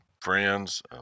friends